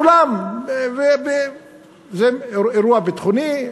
כולם: זה אירוע ביטחוני,